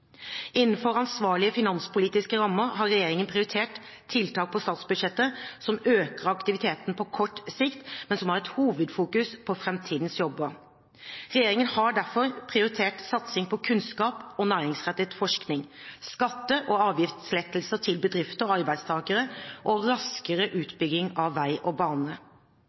Innenfor ansvarlige finanspolitiske rammer har regjeringen prioritert tiltak på statsbudsjettet som øker aktiviteten på kort sikt, men som har et hovedfokus på framtidens jobber. Regjeringen har derfor prioritert satsing på kunnskap og næringsrettet forskning, skatte- og avgiftslettelser til bedrifter og arbeidstakere og raskere utbygging av vei og bane.